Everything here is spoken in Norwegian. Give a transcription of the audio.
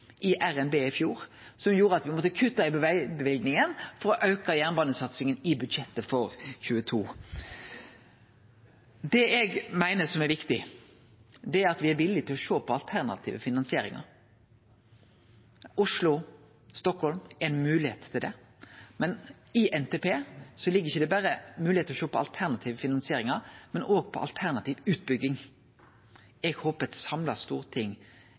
i RNB i fjor, som gjorde at ein må kutte i vegløyvingane for å auke jernbanesatsinga i budsjettet for 2022. Det eg meiner er viktig, er at me er villige til å sjå på alternative finansieringar, og Oslo–Stockholm er ei moglegheit til det. Men i NTP ligg det ikkje berre ei moglegheit til å sjå på alternativ finansiering, men òg på alternativ utbygging. Eg håpar eit samla storting